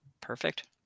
Perfect